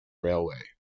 railway